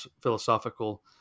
philosophical